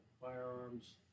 firearms